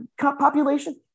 population